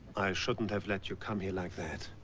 shouldn't have let you come here like that.